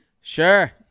Sure